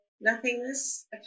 nothingness